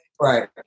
Right